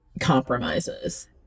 compromises